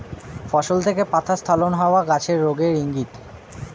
ফসল থেকে পাতা স্খলন হওয়া গাছের রোগের ইংগিত